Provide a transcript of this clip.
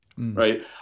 Right